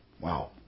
Wow